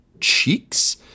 cheeks